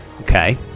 Okay